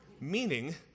Meaning